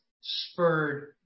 spurred